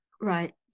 Right